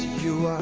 you